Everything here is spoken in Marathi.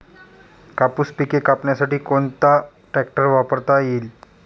कापूस पिके कापण्यासाठी कोणता ट्रॅक्टर वापरता येईल?